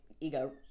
ego